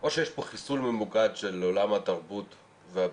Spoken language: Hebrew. או שיש פה חיסול ממוקד של עולם התרבות והבידור,